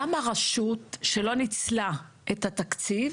למה רשות שלא ניצלה את התקציב,